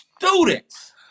students